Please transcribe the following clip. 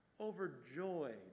overjoyed